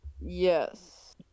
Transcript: Yes